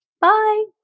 Bye